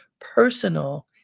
personal